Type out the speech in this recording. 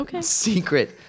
Secret